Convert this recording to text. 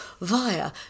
via